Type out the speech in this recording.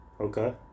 Okay